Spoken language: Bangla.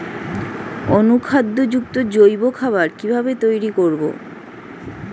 অনুখাদ্য যুক্ত জৈব খাবার কিভাবে তৈরি করব?